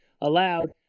allowed